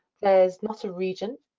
there's not a region.